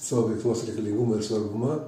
savo veiklos reikalingumą ir svarbumą